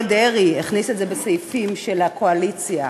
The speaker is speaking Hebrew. דרעי הכניס את זה בסעיפים של הקואליציה,